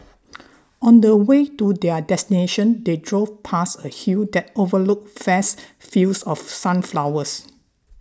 on the way to their destination they drove past a hill that overlooked vast fields of sunflowers